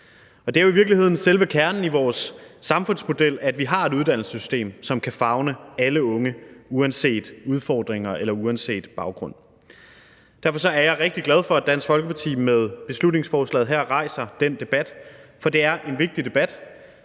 Det er jo i virkeligheden selve kernen i vores samfundsmodel, at vi har et uddannelsessystem, som kan favne alle unge, uanset udfordringer eller uanset baggrund. Derfor er jeg rigtig glad for, at Dansk Folkeparti med beslutningsforslaget her rejser den debat. For det er en vigtig debat.